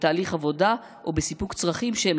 בתהליך עבודה או בסיפוק צרכים שהם",